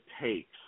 takes